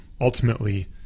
ultimately